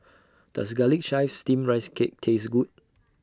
Does Garlic Chives Steamed Rice Cake Taste Good